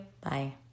Bye